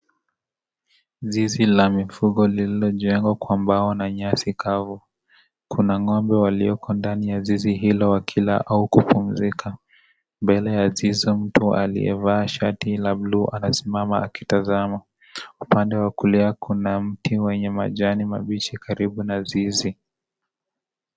Zizi la mifugo lililojengwa kwa mbao na nyasi kavu. kuna ngombe walioko ndani ya zizi hilo, wakila au kupumzika. Mbele ya zizi mtu aliyevaa shati la buluu anasimama akitazama. Upande wa kulia kuna mti wenye majani mabichi karibu na zizi.